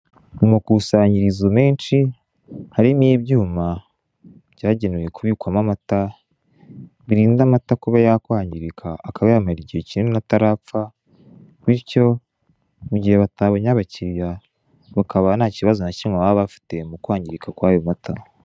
Mu makusanyirizo menshi harimo ibyuma byagenewe kubikwamo amata birinda amata kuba yakwangirika akaba yamara igihe kinini atarapfa bityo mu gihe batabonye abakiriya bakaba nta kibazo ntakimwe baba bafite mu kwangirika kwayo mata.